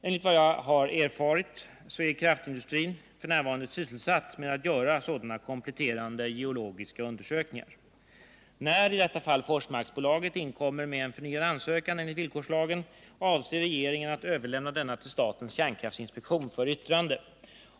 Enligt vad jag har erfarit är kraftindustrin f. n. sysselsatt med att göra sådana kompletterande geologiska undersökningar. När i detta fall Forsmarksbolaget inkommer med en förnyad ansökan enligt villkorslagen avser regeringen att överlämna denna till statens kärnkraftinspektion för yttrande.